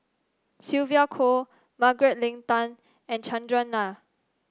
Sylvia Kho Margaret Leng Tan and Chandran Nair